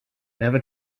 never